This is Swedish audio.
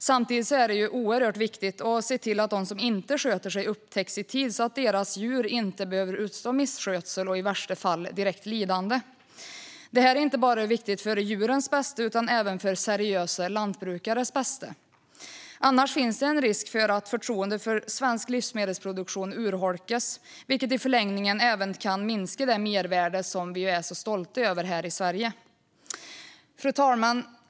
Samtidigt är det oerhört viktigt att se till att de som inte sköter sig upptäcks i tid så att deras djur inte behöver utstå misskötsel och i värsta fall direkt lidande. Det här är inte bara viktigt för djurens bästa utan även för seriösa lantbrukares bästa. Om detta inte sköts finns det en risk för att förtroendet för svensk livsmedelsproduktion urholkas, vilket i förlängningen även kan minska det mervärde som vi är så stolta över här i Sverige. Fru talman!